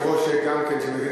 לא מבינים, דבר עברית.